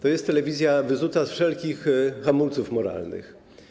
To jest telewizja wyzuta z wszelkich hamulców moralnych.